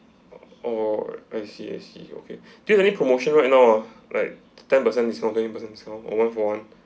oh I see I see okay do you have any promotion right now ah like ten percent discount twenty percent discount or one-for-one